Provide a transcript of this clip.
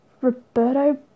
Roberto